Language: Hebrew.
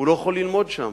לא יכול ללמוד שם.